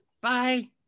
Bye